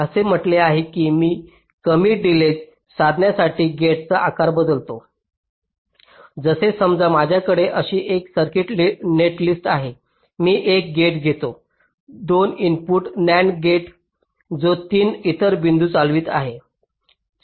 असे म्हटले आहे की मी कमी डिलेज साधण्यासाठी गेटचा आकार बदलतो जसे समजा माझ्याकडे अशी एक सर्किट नेटलिस्ट आहे मी एक गेट घेतो 2 इनपुट NAND गेट जो 3 इतर बिंदू चालवित आहे